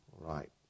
Right